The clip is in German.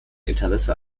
interesse